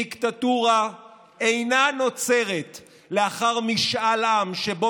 דיקטטורה אינה נוצרת לאחר משאל עם שבו